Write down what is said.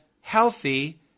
healthy